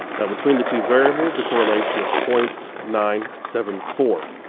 now between the two variables the correlation is point nine seven four.